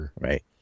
Right